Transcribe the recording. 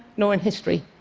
nor in history.